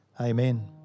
Amen